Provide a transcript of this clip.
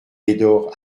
médor